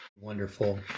wonderful